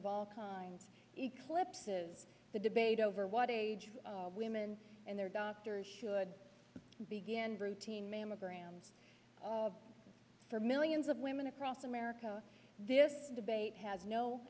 of all kinds eclipse's the debate over what age women and their doctors should begin routine mammograms of for millions of women across america this debate has no